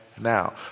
now